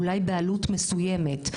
אולי בעלות מסוימת,